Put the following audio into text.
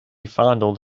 fondled